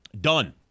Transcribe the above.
Done